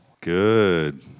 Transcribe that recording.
Good